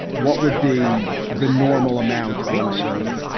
what would be the normal amount on a server?